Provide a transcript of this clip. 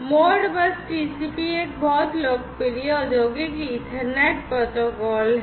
Modbus TCP एक बहुत लोकप्रिय औद्योगिक Ethernet प्रोटोकॉल है